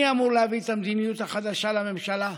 אני אמור להביא את המדיניות החדשה לממשלה,